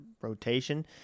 rotation